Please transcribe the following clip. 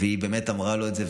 והיא באמת אמרה לו את זה.